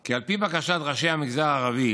כי על פי בקשת ראשי המגזר הערבי